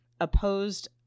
opposed